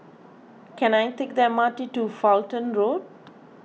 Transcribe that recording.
can I take the M R T to Fulton Road